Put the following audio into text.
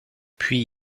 puis